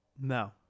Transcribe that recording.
No